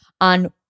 on